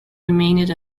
remained